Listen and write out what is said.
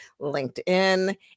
LinkedIn